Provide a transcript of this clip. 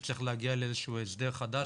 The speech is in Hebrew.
שצריך להגיע להסדר חדש,